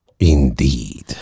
Indeed